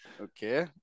Okay